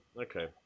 okay